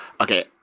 okay